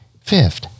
Fifth